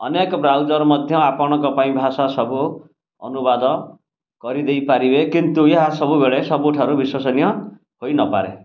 ଅନେକ ବ୍ରାଉଜର୍ ମଧ୍ୟ ଆପଣଙ୍କ ପାଇଁ ଭାଷା ସବୁ ଅନୁବାଦ କରିଦେଇପାରିବେ କିନ୍ତୁ ଏହା ସବୁବେଳେ ସବୁଠାରୁ ବିଶ୍ୱସନୀୟ ହୋଇନପାରେ